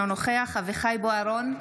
אינו נוכח אביחי אברהם בוארון,